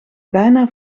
bijna